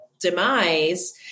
demise